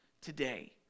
today